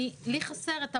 לי חסר את המהות,